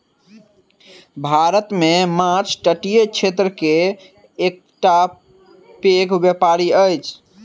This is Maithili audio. भारत मे माँछ तटीय क्षेत्र के एकटा पैघ व्यापार अछि